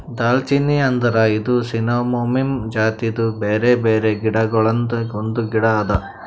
ದಾಲ್ಚಿನ್ನಿ ಅಂದುರ್ ಇದು ಸಿನ್ನಮೋಮಮ್ ಜಾತಿದು ಬ್ಯಾರೆ ಬ್ಯಾರೆ ಗಿಡ ಗೊಳ್ದಾಂದು ಒಂದು ಗಿಡ ಅದಾ